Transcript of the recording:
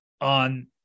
on